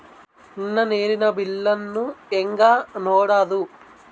ನನ್ನ ನೇರಿನ ಬಿಲ್ಲನ್ನು ಹೆಂಗ ನೋಡದು?